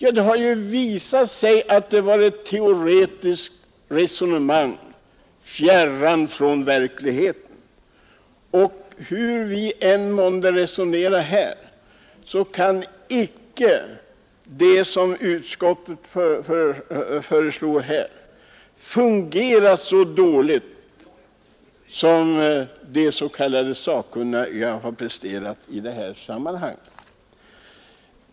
Men det har ju visat sig att det var ett teoretiskt resonemang, fjärran från verkligheten. Hur vi än månde resonera här, måste vi komma fram till att det som utskottet föreslår icke kan fungera så dåligt som det de s.k. sakkunniga presterat i sammanhanget.